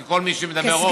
כי כל מי שמדבר עוד,